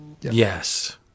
Yes